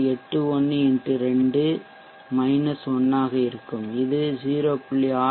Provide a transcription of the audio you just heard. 81 x 2 1 ஆக இருக்கும் இது 0